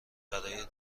برای